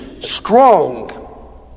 strong